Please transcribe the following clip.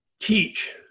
teach